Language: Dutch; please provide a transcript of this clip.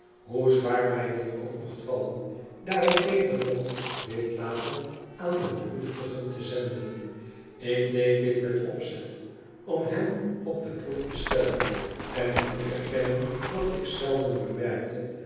hoe zwaar mij dit ook mocht vallen daar ik beter vond dit later aan de behoeftigon te zenden ik deed dit met opzet om hen op de proef te stellen en ik moet erkennen dat ik zelden bemerkte